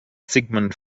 sigmund